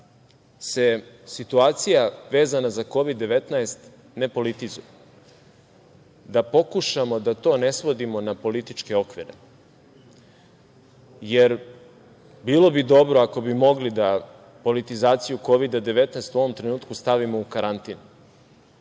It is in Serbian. se situacija vezana za Kovid 19 ne politizuje, da pokušamo da to ne svodimo na političke okvire. Jer, bilo bi dobro ako bi mogli da politizaciju Kovida 19 u ovom trenutku stavimo u karantin.